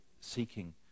seeking